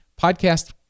podcast